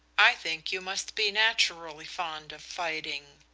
i think you must be naturally fond of fighting